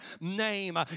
name